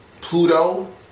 Pluto